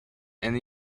and